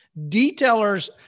Detailers